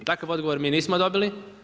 Takav odgovor mi nismo dobili.